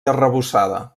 arrebossada